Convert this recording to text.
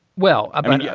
well, i but mean, yeah